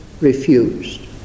refused